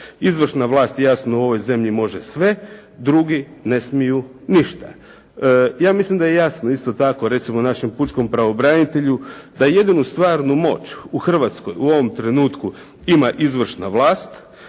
Izvršna vlast je, jasno u ovoj zemlji može sve, drugi ne smiju ništa. Ja mislim da je jasno isto tako, recimo našem pučkom pravobranitelju da jedinu stvarnu moć u Hrvatskoj u ovom trenutku ima izvršna vlast,